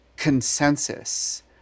consensus